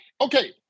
okay